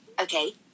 Okay